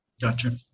Gotcha